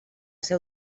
ser